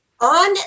On